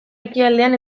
ekialdean